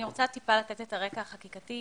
אני רוצה לתת את הרקע החקיקתי.